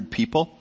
people